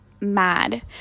mad